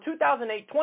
2008